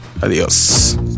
Adiós